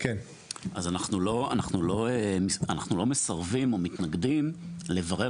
אז אנחנו לא מסרבים או מתנגדים לברר